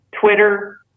Twitter